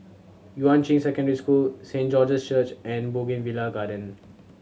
Yuan Ching Secondary School Saint George's Church and Bougainvillea Garden